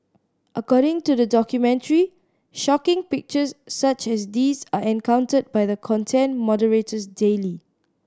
according to the documentary shocking pictures such as these are encountered by the content moderators daily